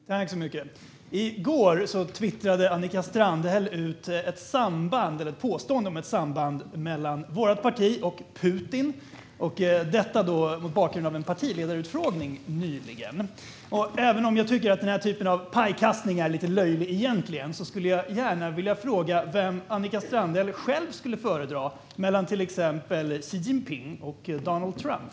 Fru talman! I går twittrade Annika Strandhäll ut ett påstående om ett samband mellan vårt parti och Putin, detta mot bakgrund av en partiledarutfrågning nyligen. Även om jag tycker att den typen pajkastning egentligen är lite löjlig skulle jag gärna vilja fråga: Vem föredrar Annika Strandhäll själv av till exempel Xi Jinping och Donald Trump?